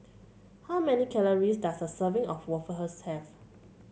how many calories does a serving of waffle have